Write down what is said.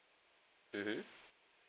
mmhmm